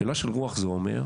שאלה של רוח זה אומר,